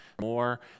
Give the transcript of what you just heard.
more